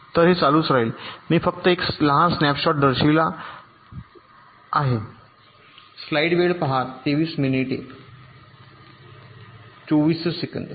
तर हे चालूच राहिल मी फक्त एक लहान स्नॅप शॉट दर्शविला आहे